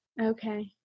Okay